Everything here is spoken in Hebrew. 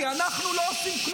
כי אנחנו לא עושים כלום.